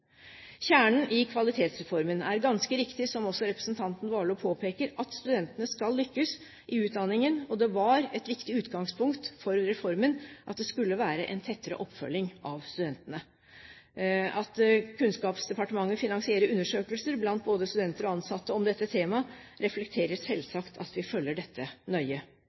Kjernen i Kvalitetsreformen er ganske riktig, som også representanten Warloe påpeker, at studentene skal lykkes i utdanningen, og det var et viktig utgangspunkt for reformen at det skulle være en tettere oppfølging av studentene. At Kunnskapsdepartementet finansierer undersøkelser blant både studenter og ansatte om dette temaet, reflekterer selvsagt at vi følger dette nøye.